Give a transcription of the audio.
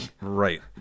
Right